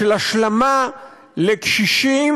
של השלמה לקשישים,